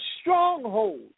stronghold